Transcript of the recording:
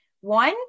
one